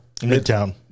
Midtown